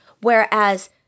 Whereas